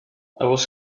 was